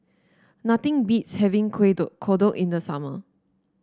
nothing beats having kueh dok kodok in the summer